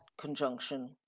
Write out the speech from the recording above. conjunction